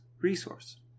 resource